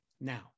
now